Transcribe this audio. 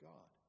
God